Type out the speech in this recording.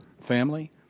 family